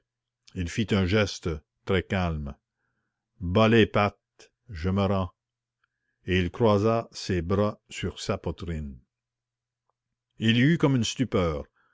il fit un geste très calme bas les pattes je me rends et il croisa ses bras sur sa poitrine il y eut comme une stupeur